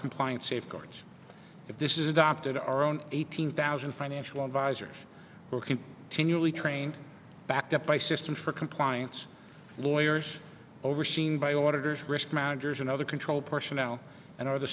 compliance safeguards if this is adopted our own eighteen thousand financial advisors working can usually train backed up by system for compliance lawyers overseen by auditors risk managers and other control personnel and are the